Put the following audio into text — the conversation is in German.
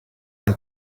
ein